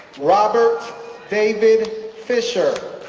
robert david fisher